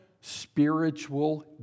spiritual